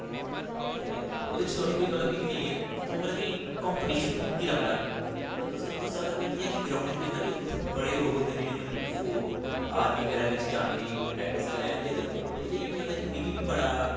ते ओह्दे च तुसेंगी मतलब कि कोई मेन कंपिटिशन निं लब्भदा परंतु तुस अगर में ग्राउंड़ च जन्ना नी उत्थै बड़े लोग होंदे जित्थै मतलब कि आर्मी बगैरा च जाने लेई प्रैक्टिस करा दे होंदे न ओह्दै बिच्च केह् होंदा कि मिगी बड़ा